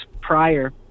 prior